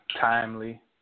timely